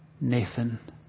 Nathan